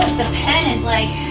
the pen is like,